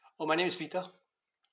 orh my name is peter